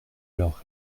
leur